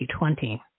2020